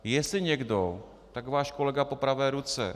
Jestli někdo, tak váš kolega po pravé ruce.